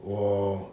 我